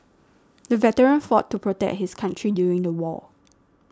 the veteran fought to protect his country during the war